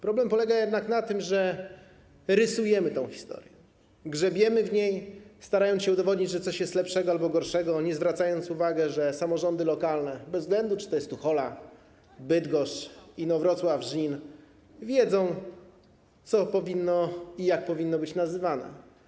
Problem polega jednak na tym, że rysujemy tę historię, grzebiemy w niej, starając się udowodnić, że coś jest lepsze albo gorsze, nie zwracając uwagi na to, że samorządy lokalne bez względu na to, czy to jest Tuchola, Bydgoszcz, Inowrocław, czy Żnin, wiedzą, co i jak powinno być nazywane.